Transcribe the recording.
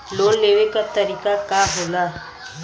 Loan लेवे क तरीकाका होला?